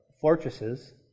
fortresses